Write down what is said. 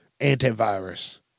antivirus